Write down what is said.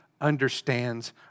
understands